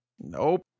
Nope